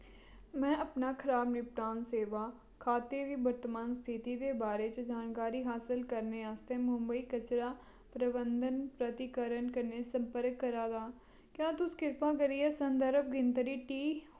में अपना खराब निपटान सेवा खाते दी वर्तमान स्थिति दे बारे च जानकारी हासल करने आस्तै मुम्बई कचरा प्रबंधन प्रतिकरन कन्नै संपर्क करा नां क्या तुस कृपा करियै संदर्भ गिनतरी टी